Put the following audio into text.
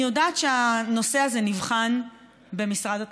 אני יודעת שהנושא הזה נבחן במשרד התחבורה.